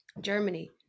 Germany